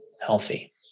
healthy